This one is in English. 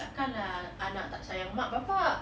tak akan lah anak tak sayang mak bapa